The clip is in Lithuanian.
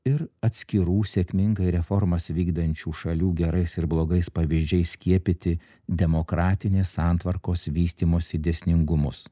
ir atskirų sėkmingai reformas vykdančių šalių gerais ir blogais pavyzdžiais skiepyti demokratinės santvarkos vystymosi dėsningumus